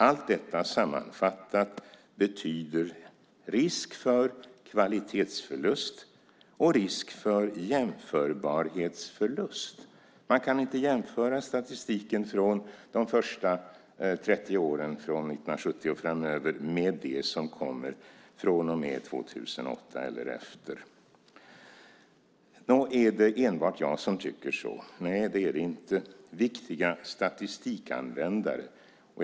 Allt detta sammanfattat betyder risk för kvalitetsförlust och risk för jämförbarhetsförlust. Man kan inte jämföra statistiken från de första 30 åren, från 1970 och framöver, med den som kommer från och med 2008. Är det enbart jag som tycker så? Nej, det är det inte. Viktiga statistikanvändare tycker likadant.